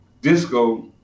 Disco